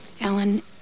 alan